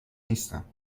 نیستم